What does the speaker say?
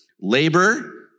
labor